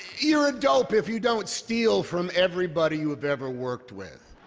you're a dope if you don't steal from everybody you have ever worked with.